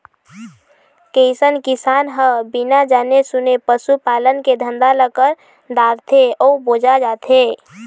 कइझन किसान ह बिना जाने सूने पसू पालन के धंधा ल कर डारथे अउ बोजा जाथे